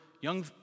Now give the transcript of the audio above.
young